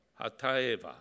Hata'eva